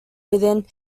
within